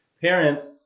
parents